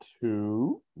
two